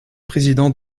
président